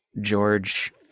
george